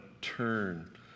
turn